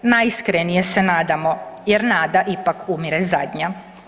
Najiskrenije se nadamo, jer nada ipak umire zadnja.